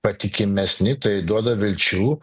patikimesni tai duoda vilčių